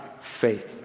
faith